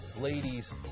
Ladies